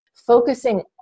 focusing